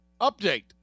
update